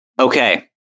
Okay